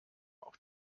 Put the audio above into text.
auch